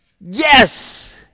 Yes